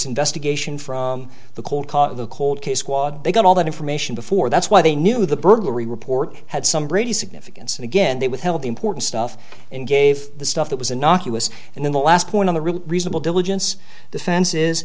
investigation from the cold cause of the cold case squad they got all that information before that's why they knew the burglary report had some brady significance and again they withheld the important stuff and gave the stuff that was a knock us and then the last point on the reasonable diligence defense